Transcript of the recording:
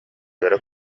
үөрэ